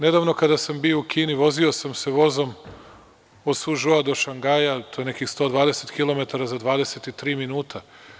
Nedavno kada sam bio u Kini vozio sam se vozom od Sužoa do Šangaja, to je nekih 120 kilometara za 23 minuta.